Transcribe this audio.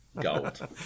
Gold